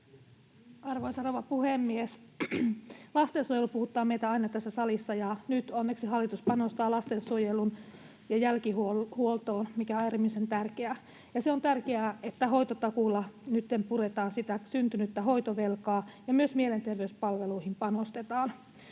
Arvoisa rouva puhemies! Lastensuojelu puhuttaa meitä aina tässä salissa, ja nyt onneksi hallitus panostaa lastensuojeluun ja jälkihuoltoon, mikä on äärimmäisen tärkeää. Ja se on tärkeää, että hoitotakuulla nytten puretaan sitä syntynyttä hoitovelkaa ja myös mielenterveyspalveluihin panostetaan.